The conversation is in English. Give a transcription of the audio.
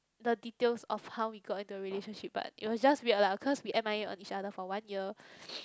the details of how we got into a relationship but it was just weird lah because we M_I_A on each other from each other for one year